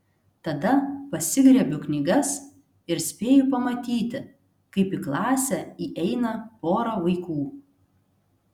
tada pasigriebiu knygas ir spėju pamatyti kaip į klasę įeina pora vaikų